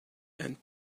and